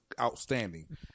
outstanding